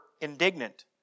indignant